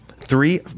Three